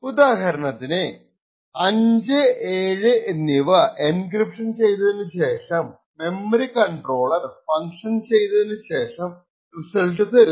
ഉദാഹരണത്തിന് 57 എന്നിവ എൻക്രിപ്ഷൻ ചെയ്തതിനുശേഷം മെമ്മറികൺട്രോളർ ഫങ്ക്ഷൻ ചെയ്തതിനു ശേഷം റിസൾട്ട്തരുന്നു